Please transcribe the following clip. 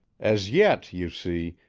as yet, you see,